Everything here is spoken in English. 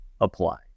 apply